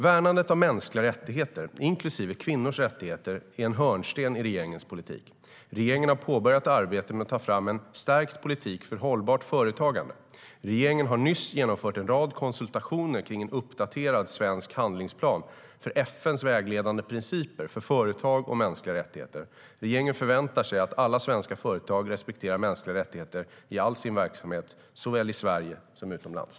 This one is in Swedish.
Värnandet av mänskliga rättigheter, inklusive kvinnors rättigheter, är en hörnsten i regeringens politik. Regeringen har påbörjat arbetet med att ta fram en stärkt politik för hållbart företagande. Regeringen har nyss genomfört en rad konsultationer kring en uppdaterad svensk handlingsplan för FN:s vägledande principer för företag och mänskliga rättigheter. Regeringen förväntar sig att alla svenska företag respekterar mänskliga rättigheter i all sin verksamhet såväl i Sverige som utomlands.